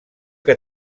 que